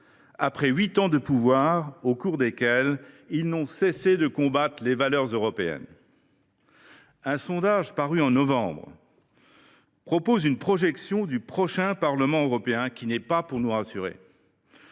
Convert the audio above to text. après huit ans de pouvoir au cours desquels ils n’ont cessé de combattre les valeurs européennes. Un sondage paru en novembre dernier donne une projection du prochain Parlement européen qui n’est pas pour nous rassurer.